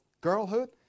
girlhood